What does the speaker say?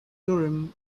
urim